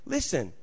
Listen